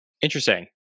Interesting